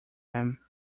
him